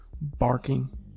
barking